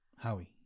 Howie